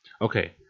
Okay